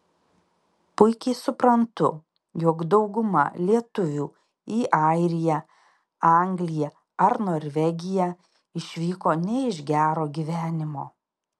puikiai suprantu jog dauguma lietuvių į airiją angliją ar norvegiją išvyko ne iš gero gyvenimo